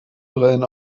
brillen